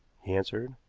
he answered.